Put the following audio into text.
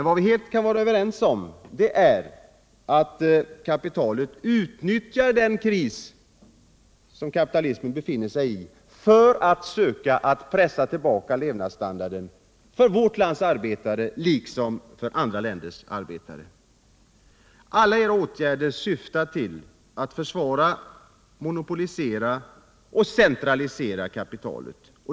Vad vi kan vara helt överens om är att kapitalet utnyttjar den kris som kapitalismen befinner sig i för att försöka pressa tillbaka levnadsstandarden för vårt lands arbetare liksom för andra länders arbetare. Alla era åtgärder syftar till att försvara, monopolisera och centralisera kapitalet.